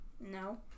No